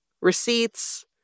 receipts